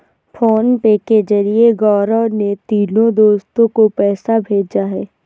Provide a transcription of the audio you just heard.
PhonePe के जरिए गौरव ने तीनों दोस्तो को पैसा भेजा है